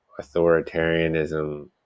authoritarianism